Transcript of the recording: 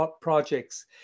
projects